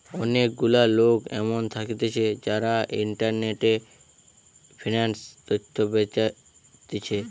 অনেক গুলা লোক এমন থাকতিছে যারা ইন্টারনেটে ফিন্যান্স তথ্য বেচতিছে